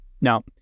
Now